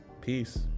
Peace